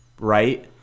right